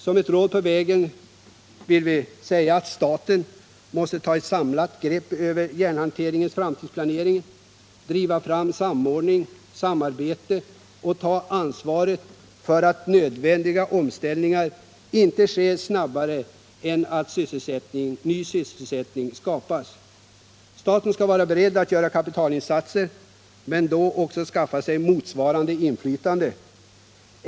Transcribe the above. Som ett råd på vägen vill vi säga att staten måste ta ett samlat grepp över järnhanteringens framtidsplanering, driva fram samordning och samarbete och ta ansvaret för att nödvändiga omställningar inte sker snabbare än att ny sysselsättning hinner skapas. Staten skall vara beredd att göra kapitalinsatser men då också skaffa sig motsvarande inflytande.